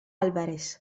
álvarez